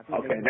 Okay